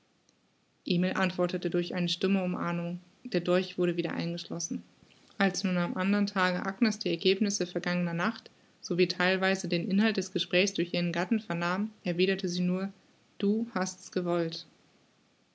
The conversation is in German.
emil antwortete durch eine stumme umarmung der dolch wurde wieder eingeschlossen als nun am andern tage agnes die ergebnisse vergangener nacht so wie theilweise den inhalt des gespräches durch ihren gatten vernahm erwiderte sie nur du hast's gewollt